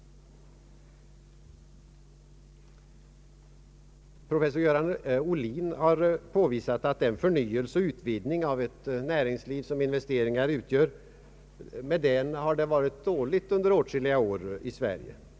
Professor Göran Ohlin har påvisat att den förnyelse och utvidgning av ett näringsliv som investeringar utgör har varit obetydlig i Sverige under åtskilliga år.